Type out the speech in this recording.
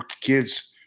kids –